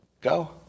Go